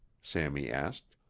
sammy asked.